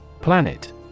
Planet